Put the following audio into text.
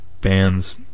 bands